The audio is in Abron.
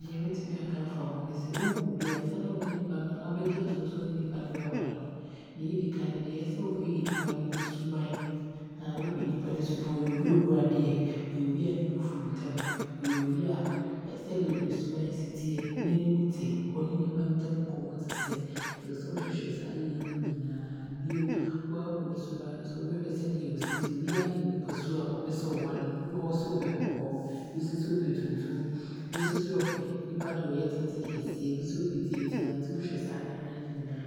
Neɛ mɛtumi aaka afa ho ne sɛ, wohu obi a ansa na wo ne nipa no ,anaa wobɛgyae aatom sɛ wo ne nipa no bɛware no neɛ adi kane, neɛ ɛwɔ sɛ wohwɛ yɛ nipa no suban, wohwɛ nnipa no suban, ɛyɛ obi a obu adeɛ?, ɛyɛ obi a ne bo fu ntɛm?, ɔyɛ obi a sɛ nea ne suban ɛsi teɛ, ɛyɛ obi a n'anim te?, ɔne nnipa ntam nkɔmmɔ te sɛn?, nti ɛwɔ sɛ wohwehwɛ saa yeinom nyinaa. Bio, waahu ne suban no nso, wobɛhwɛ sɛdeɛ ɔsi teɛ, biaa ne ne nipa su a ɔpɛsɛ ɔware no. Ɔno wɔ hɔ a ɔse ɔpɛ kɔkɔɔ, obi nso se ɔpɛ tuntum, obi nso se ɔpɛ nipa deɛ ɔyɛ tenten keseɛ, bi se ɔpɛ tiatia nti wohwɛ saa nneɛma he nyinaa,